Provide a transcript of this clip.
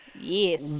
Yes